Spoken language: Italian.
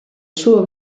suo